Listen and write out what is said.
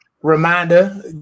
Reminder